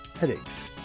headaches